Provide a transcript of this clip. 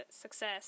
success